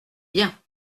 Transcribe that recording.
bien